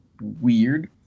weird